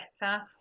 better